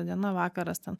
diena vakaras ten